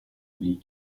public